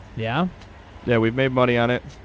yeah there we made money on it.